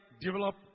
develop